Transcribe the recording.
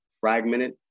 fragmented